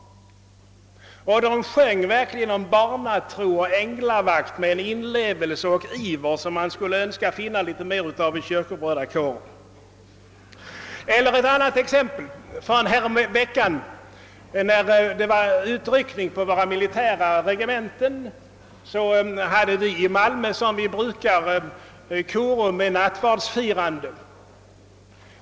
De sjöng med i sångerna om barnatro och änglavakt med en inlevelse och iver som man skulle önska finna mer av i kyrkobrödrakårer. Eller för att ta ett annat exempel. Härom veckan när det var utryckning på våra militära regementen hade vi i Malmö, som vi brukar, korum med nattvardsfirande.